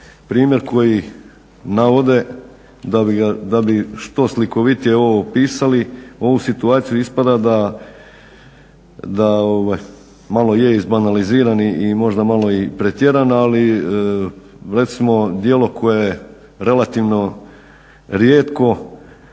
Primjer koji navode da bi što slikovitije ovo opisali, ovu situaciju ispada da malo je izbanalizirani i možda malo i pretjeran. Ali recimo djelo koje je relativno rijetko,